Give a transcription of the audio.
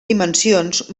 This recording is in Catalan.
dimensions